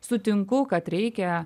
sutinku kad reikia